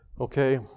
Okay